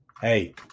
Hey